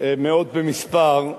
מאות במספר,